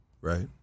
right